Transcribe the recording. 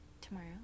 Tomorrow